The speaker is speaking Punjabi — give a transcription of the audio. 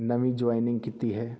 ਨਵੀਂ ਜੁਆਇਨਿੰਗ ਕੀਤੀ ਹੈ